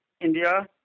India